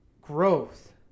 growth